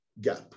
gap